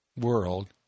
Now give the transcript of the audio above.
world